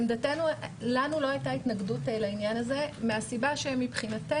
לנו לא היתה התנגדות לעניין הזה כי מבחינתנו